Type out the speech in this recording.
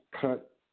Cut